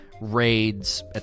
raids